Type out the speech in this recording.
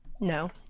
No